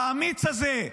האמיץ הזה,